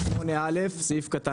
"איסור מיזוג חברות 8א. (א)